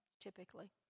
typically